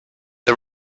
the